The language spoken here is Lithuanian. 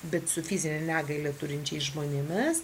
bet su fizinę negalią turinčiais žmonėmis